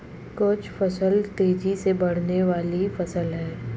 catch फसल तेजी से बढ़ने वाली फसल है